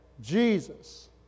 Jesus